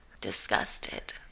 disgusted